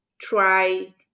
try